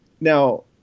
Now